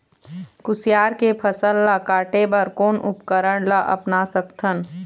कुसियार के फसल ला काटे बर कोन उपकरण ला अपना सकथन?